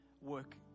work